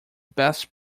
best